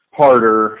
harder